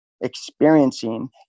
experiencing